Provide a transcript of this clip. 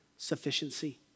Sufficiency